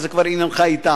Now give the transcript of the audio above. אבל זה כבר עניינך אתם,